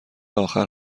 آخر